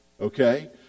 okay